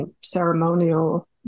ceremonial